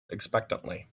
expectantly